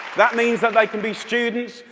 that means that they can be students,